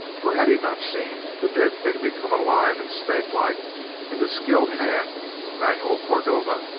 for had he not seen the dead thing become alive and snakelike in the skilled hand of manuel cordova?